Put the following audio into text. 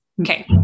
Okay